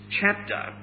chapter